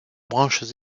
branches